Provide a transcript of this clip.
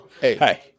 Hey